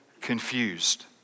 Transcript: confused